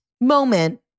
moment